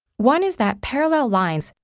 one is that parallel lines,